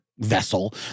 vessel